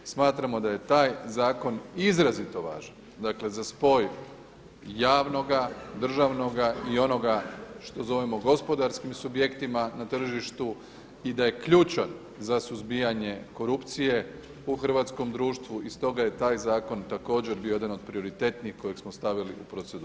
Smatramo da je taj zakon izrazito važan, dakle za spoj javnoga, državnoga i onoga što zovemo gospodarskim subjektima na tržištu i da je ključan za suzbijanje korupcije u hrvatskom društvu i stoga je taj zakon također bio jedan od prioritetnijih kojeg smo stavili u proceduru.